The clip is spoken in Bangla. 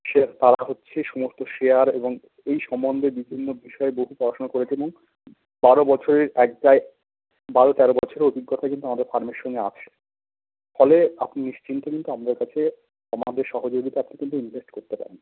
তারা হচ্ছে সমস্ত শেয়ার এবং এই সম্বন্ধে বিভিন্ন বিষয়ে বহু পড়াশুনা করেছে এবং বারো বছরের বারো তেরো বছরের অভিজ্ঞতা কিন্তু আমাদের ফার্মের সঙ্গে আছে ফলে আপনি নিশ্চিন্তে কিন্তু আমাদের কাছে আমাদের সহযোগিতায় আপনি কিন্তু ইনভেস্ট করতে পারেন